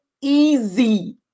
easy